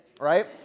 right